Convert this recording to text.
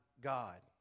God